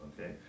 Okay